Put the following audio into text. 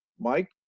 Mike